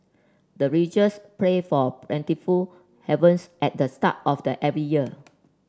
the villagers pray for plentiful harvest at the start of the every year